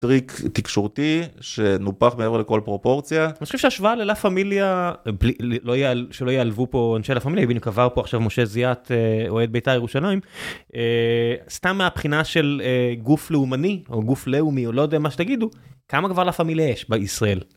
טריק תקשורתי שנופח מעבר לכל פרופורציה. אני חושב שהשוואה ללה פמיליה, שלא ייעלבו פה אנשי לה פמיליה, הנה בדיוק עבר פה עכשיו משה זיאת אוהד ביתר ירושלים, סתם מהבחינה של גוף לאומני או גוף לאומי או לא יודע מה שתגידו, כמה כבר לה פמיליה יש בישראל?